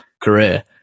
career